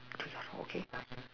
two more okay